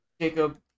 Jacob